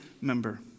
member